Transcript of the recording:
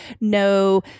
no